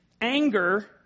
anger